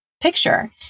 picture